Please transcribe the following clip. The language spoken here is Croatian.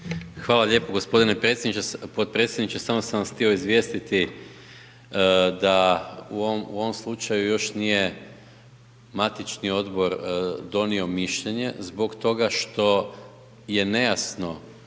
Hvala lijepo gospodine predsjedniče Sabora, podpredsjedniče. Samo sam vas htio izvijestiti da u ovom slučaju još nije matični Odbor donio mišljenje zbog toga što je nejasno